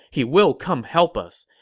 he will come help us.